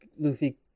Luffy